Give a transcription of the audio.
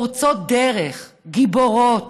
פורצות דרך, גיבורות,